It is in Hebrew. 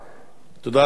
תודה רבה לאדוני.